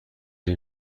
این